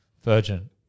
virgin